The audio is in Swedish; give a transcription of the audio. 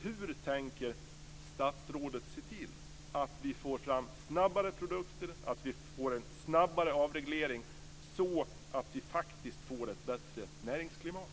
Hur tänker statsrådet se till att vi snabbare får fram produkter och att vi får en snabbare avreglering; detta för att faktiskt få ett bättre näringsklimat?